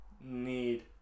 need